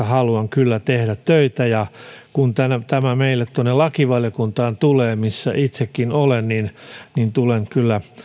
haluan kyllä tehdä töitä ja kun tämä tulee meille tuonne lakivaliokuntaan missä itsekin olen niin tulen kyllä